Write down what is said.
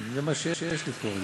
זה מה שיש לי פה.